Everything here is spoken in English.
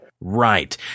Right